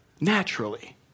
naturally